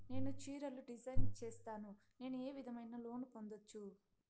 నేను చీరలు డిజైన్ సేస్తాను, నేను ఏ విధమైన లోను పొందొచ్చు